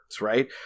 right